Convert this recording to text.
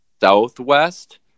Southwest